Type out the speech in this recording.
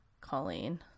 Colleen